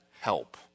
help